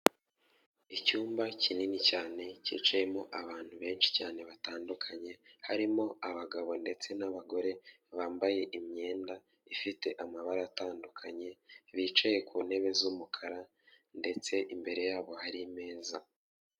Icyumba kinini cyane cyicayemo abantu benshi cyane batandukanye harimo abagabo ndetse n'abagore bambaye imyenda ifite amabara atandukanye bicaye ku ntebe z'umukara ndetse imbere yabo hari imeza.